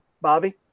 Bobby